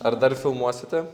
ar dar filmuosite